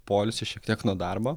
poilsis šiek tiek nuo darbo